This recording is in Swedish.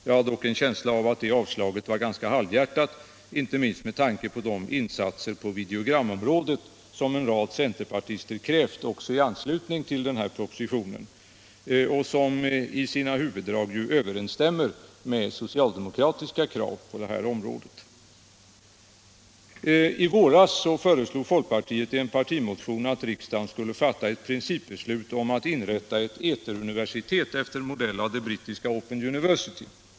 Jag har dock en känsla av att det avslaget var ganska halvhjärtat, inte minst med tanke på de insatser på videogramområdet som en rad centerpartister Nr 41 krävde i anslutning till denna proposition och som i sina huvuddrag Onsdagen den överensstämde med socialdemokratiska krav på detta område. 8 december 1976 I våras föreslog folkpartiet i en partimotion att riksdagen skulle fatta I ett principbeslut om att inrätta ett ”eteruniversitet” efter modell av det — Radio och television brittiska Open University.